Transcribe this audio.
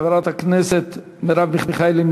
חברת הכנסת מרב מיכאלי,